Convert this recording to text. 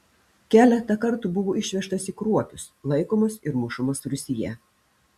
keletą kartų buvo išvežtas į kruopius laikomas ir mušamas rūsyje